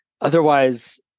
otherwise